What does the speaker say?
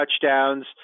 touchdowns